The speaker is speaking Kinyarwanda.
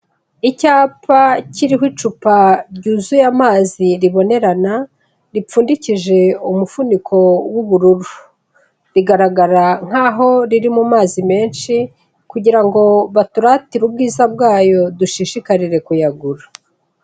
Icyapa kiriho icupa ryuzuye amazi ribonerana, ripfundikije umufuniko w'ubururu, rigaragara nk'aho riri mu mazi menshi kugira ngo baturatire ubwiza bwayo, dushishikarire kuyagura.